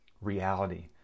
reality